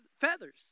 feathers